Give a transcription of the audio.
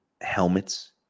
helmets